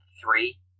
three